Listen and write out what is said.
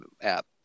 app